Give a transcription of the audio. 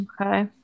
Okay